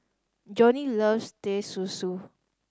Johney loves Teh Susu